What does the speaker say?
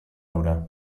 hura